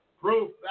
Proof